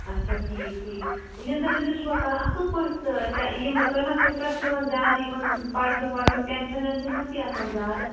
اچھا ٹھیٖک ٹھیٖک نیٚنٛدٕر ویٚنٛدر چھُوا کران اَصٕل پٲٹھۍ تہٕ تُہۍ ما سٹرٛٮ۪س نِوان زیادٕ یِمَن پَرنُک وَرنُک ٹٮ۪نشَن وٮ۪نشَن ما چھِی آسان زیادٕ